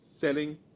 selling